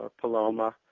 Paloma